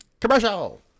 Commercial